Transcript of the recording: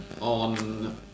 on